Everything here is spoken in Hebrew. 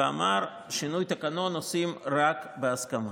ואמר: שינוי תקנון עושים רק בהסכמה.